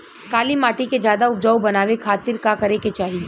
काली माटी के ज्यादा उपजाऊ बनावे खातिर का करे के चाही?